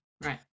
Right